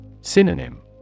Synonym